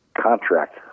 contract